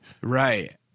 Right